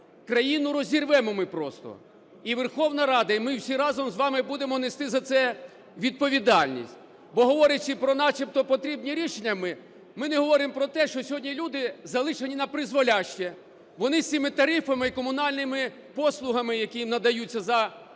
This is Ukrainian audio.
країну розірвемо ми просто. І Верховна Рада, і ми всі разом з вами будемо нести за це відповідальність. Бо, говорячи про начебто потрібні рішення, ми не говоримо про те, що сьогодні люди залишені напризволяще, вони з цими тарифами і комунальними послугами, які їм надаються за захмарні